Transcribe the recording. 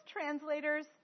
translators